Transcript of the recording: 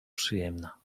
przyjemna